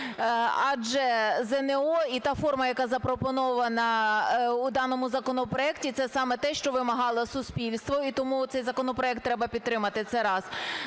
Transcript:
Адже ЗНО і та форма, яка запропонована в даному законопроекті, це саме те, що вимагало суспільство. І тому цей законопроект треба підтримати. Це раз.